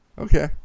Okay